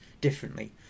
differently